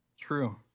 True